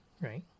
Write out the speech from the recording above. right